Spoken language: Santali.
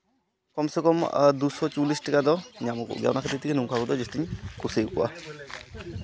ᱠᱚᱢ ᱥᱮ ᱠᱚᱢ ᱫᱩ ᱥᱚ ᱪᱚᱞᱞᱤᱥ ᱴᱟᱠᱟ ᱫᱚ ᱧᱟᱢᱚᱜᱚᱜ ᱜᱮᱭᱟ ᱚᱱᱟ ᱠᱷᱟᱹᱛᱤᱨ ᱛᱮᱜᱮ ᱱᱩᱝᱠᱩ ᱦᱟᱹᱠᱩ ᱫᱚ ᱡᱟᱹᱥᱛᱤᱧ ᱠᱩᱥᱤᱭ ᱠᱚᱣᱟ